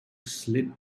slid